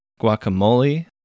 guacamole